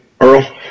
Earl